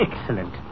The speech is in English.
Excellent